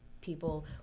people